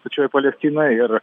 pačioj palestinoj ir